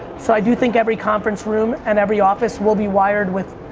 so i do think every conference room, and every office will be wired with,